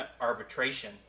arbitration